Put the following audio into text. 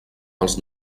pels